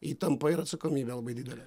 įtampą ir atsakomybę labai didelė